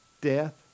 death